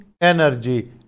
energy